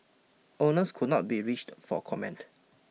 owners could not be reached for comment